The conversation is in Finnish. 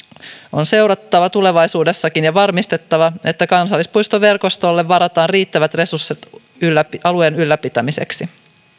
on seurattava tulevaisuudessakin ja varmistettava että kansallispuistoverkostolle varataan riittävät resurssit alueen ylläpitämiseksi